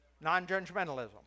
non-judgmentalism